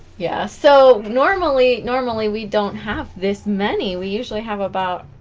yeah so normally normally we don't have this many we usually have about